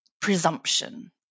presumption